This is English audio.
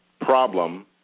problem